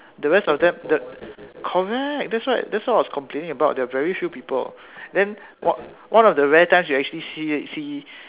the rest of them the correct that's why that's what I was complaining about there are very few people then one one of the rare times you actually see see